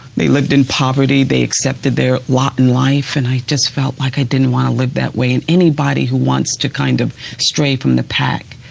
they lived in poverty, they accepted their lot in life and i just felt like i didn't want to live that way. and anybody who wants to kind of stray from the pack,